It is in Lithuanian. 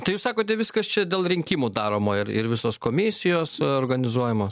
tai jūs sakote viskas čia dėl rinkimų daroma ir ir visos komisijos organizuojamos